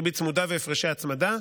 ריבית צמודה והפרשי הצמדה,